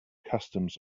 customs